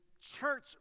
church